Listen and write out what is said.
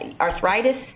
arthritis